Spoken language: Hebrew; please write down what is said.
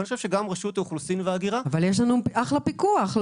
אני חושב שגם רשות האוכלוסין וההגירה --- אבל יש לנו אחלה פיקוח,